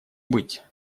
быть